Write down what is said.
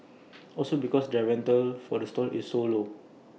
also because their rental for the stall is so low